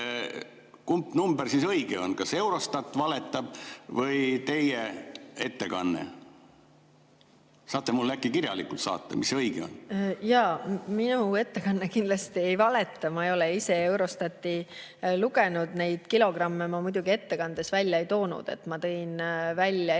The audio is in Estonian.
Kumb number siis õige on? Kas Eurostat valetab või teie ettekanne? Saate mulle äkki kirjalikult saata, mis õige on? Minu ettekanne kindlasti ei valeta. Ma ei ole ise Eurostatti lugenud. Neid kilogramme ma ettekandes välja ei toonud. Ma tõin ettekandes